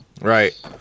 Right